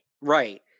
Right